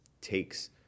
takes